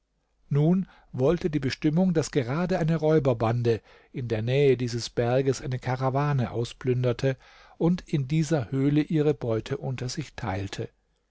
nun wollte die bestimmung daß gerade eine räuberbande in der nähe dieses berges eine karawane ausplünderte und in dieser höhle ihre beute unter sich teilte